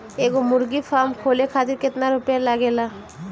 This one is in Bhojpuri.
एगो मुर्गी फाम खोले खातिर केतना रुपया लागेला?